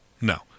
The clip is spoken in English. no